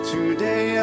Today